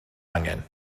angen